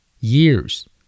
Years